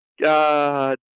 God